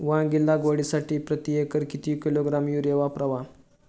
वांगी लागवडीसाठी प्रती एकर किती किलोग्रॅम युरिया वापरावा?